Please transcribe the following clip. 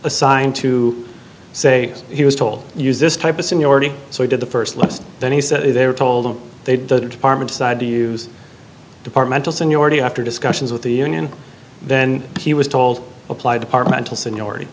assigned to say he was told use this type of seniority so he did the first less than he said they were told him they did the department decided to use departmental seniority after discussions with the union then he was told apply departmental seniority